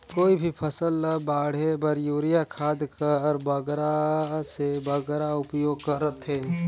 कोई भी फसल ल बाढ़े बर युरिया खाद कर बगरा से बगरा उपयोग कर थें?